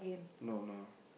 no no